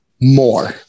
more